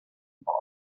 ball